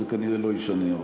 זה כנראה לא ישנה הרבה.